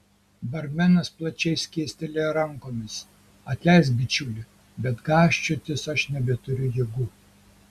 barmenas plačiai skėstelėjo rankomis atleisk bičiuli bet gąsčiotis aš nebeturiu jėgų